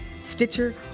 Stitcher